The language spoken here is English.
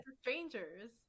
stranger's